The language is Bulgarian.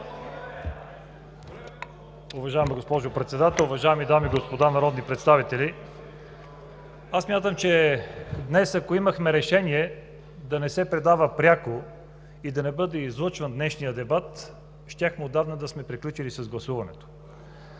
Уважаема госпожо Председател, уважаеми дами и господа народни представители! Аз смятам, че днес, ако имахме решение да не се предава пряко и да не бъде излъчван днешният дебат, щяхме отдавна да сме приключили с гласуването.